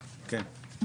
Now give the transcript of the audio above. כן.